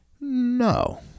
No